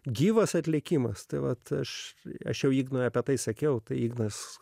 gyvas atlikimas tai vat aš aš jau ignui apie tai sakiau tai ignas